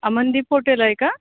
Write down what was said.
Amandeep hotel आहे का